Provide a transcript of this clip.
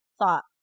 thought